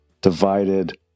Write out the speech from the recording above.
divided